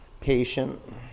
Patient